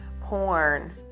porn